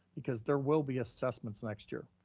because there will be assessments next year,